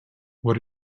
what